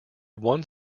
one